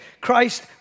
Christ